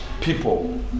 people